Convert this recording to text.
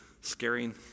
scaring